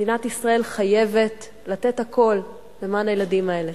מדינת ישראל חייבת לתת הכול למען הילדים האלה,